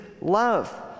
love